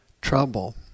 trouble